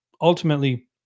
ultimately